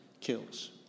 kills